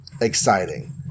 Exciting